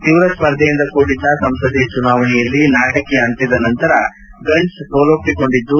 ತೀವ್ರ ಸ್ಪರ್ಧೆಯಿಂದ ಕೂಡಿದ್ದ ಸಂಸದೀಯ ಚುನಾವಣೆಯಲ್ಲಿ ನಾಟಕೀಯ ಅಂತ್ಯದ ನಂತರ ಗಂಟ್ಜ ಸೋಲೋಪ್ಪಿಕೊಂಡಿದ್ದು